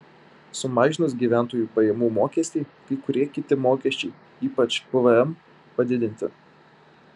sumažinus gyventojų pajamų mokestį kai kurie kiti mokesčiai ypač pvm padidinti